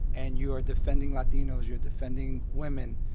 and you are defending latinos, you're defending women,